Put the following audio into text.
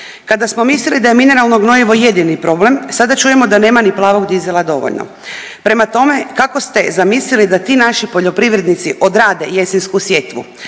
Kada smo mislili da je mineralno gnojivo jedini problem sada čujemo da nema ni plavog dizela dovoljno. Prema tome, kako ste zamislili da ti naši poljoprivrednici odrade jesensku sjetvu?